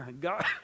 God